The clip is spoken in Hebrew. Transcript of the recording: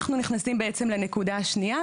אנחנו נכנסים בעצם לנקודה השנייה,